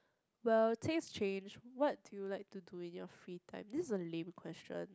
well taste change what do you like to do in your free time this a lame question